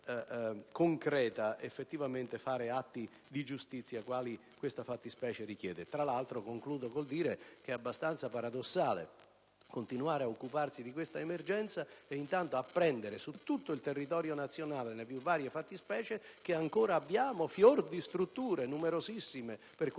abbastanza paradossale continuare a occuparsi di questa emergenza e intanto apprendere su tutto il territorio nazionale, nelle più varie fattispecie, che abbiamo ancora numerosissime strutture